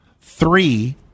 Three